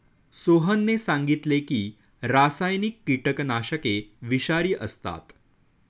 सोहनने सांगितले की रासायनिक कीटकनाशके विषारी असतात